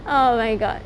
oh my god